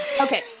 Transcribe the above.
Okay